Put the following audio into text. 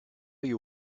you